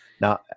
Now